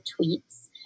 tweets